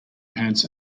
pants